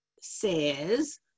says